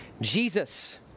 Jesus